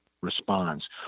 responds